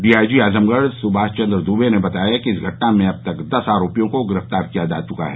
DIG Azamgarh Subhash Chandra Dubey ने बताया कि इस घटना में अब तक दस आरोपियों को गिरफ्तार किया जा चुका है